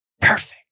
Perfect